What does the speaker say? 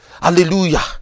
Hallelujah